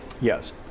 Yes